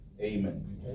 Amen